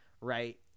right